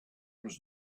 was